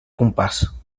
compàs